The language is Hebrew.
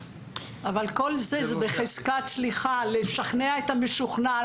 סליחה, אבל כל זה זה בחזקת לשכנע את המשוכנע.